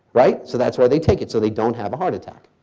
right. so that's why they take it. so they don't have a heart attack.